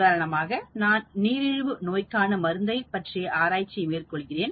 உதாரணமாக நான் நீரிழிவு நோய்க்கான மருந்தை பற்றிய ஆராய்ச்சி மேற்கொள்கிறேன்